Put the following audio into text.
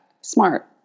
smart